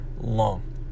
long